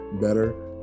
better